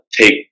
take